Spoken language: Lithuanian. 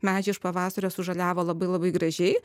medžiai iš pavasario sužaliavo labai labai gražiai